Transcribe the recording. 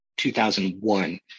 2001